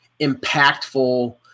impactful